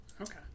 Okay